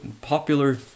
popular